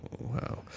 wow